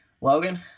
logan